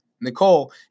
Nicole